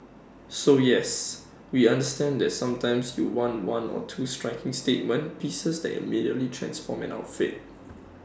so yes we understand the sometimes you want one or two striking statement pieces that immediately transform in outfit